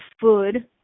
food